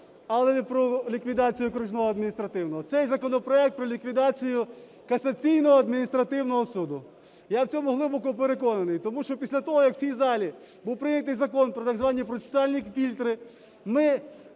Але не про ліквідацію окружного адміністративного. Цей законопроект про ліквідацію Касаційного адміністративного суду, я в цьому глибоко переконаний. Тому що після того, як в цій залі був прийнятий Закон про так звані процесуальні фільтри, ми